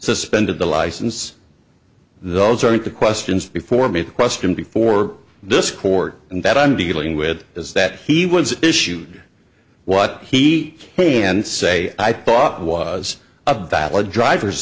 suspended the license those aren't the questions before me the question before this court and that i'm dealing with is that he was issued what he can say i thought was a valid driver's